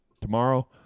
tomorrow